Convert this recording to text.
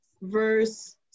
verse